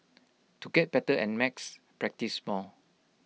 to get better at max practise more